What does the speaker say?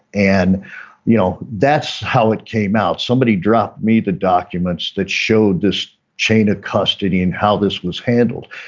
and you know that's how it came out. somebody dropped me the documents that showed this chain of custody and how this was handled.